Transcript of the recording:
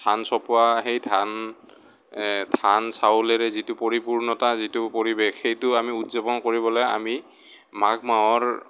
ধান চপোৱা সেই ধান ধান চাউলেৰে যিটো পৰিপূৰ্ণতা যিটো পৰিবেশ সেইটো আমি উদযাপন কৰিবলৈ আমি মাঘ মাহৰ